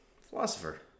Philosopher